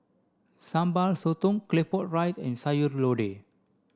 Sambal Sotong Claypot Rice and Sayur Lodeh